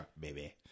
baby